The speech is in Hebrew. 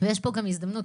ויש פה גם הזדמנות,